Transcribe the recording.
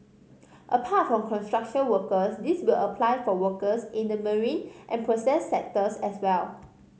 apart from construction workers this will apply for workers in the marine and process sectors as well